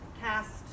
cast